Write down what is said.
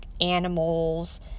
animals